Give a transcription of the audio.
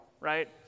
right